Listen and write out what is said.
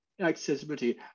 accessibility